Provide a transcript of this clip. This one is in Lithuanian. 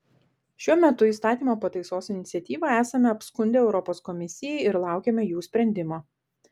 šiuo metu įstatymo pataisos iniciatyvą esame apskundę europos komisijai ir laukiame jų sprendimo